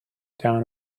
down